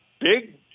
big